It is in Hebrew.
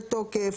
הכניסה לתוקף,